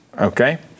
okay